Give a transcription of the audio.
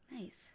Nice